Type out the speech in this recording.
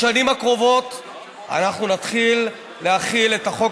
בשנים הקרובות ואנחנו נתחיל להחיל את החוק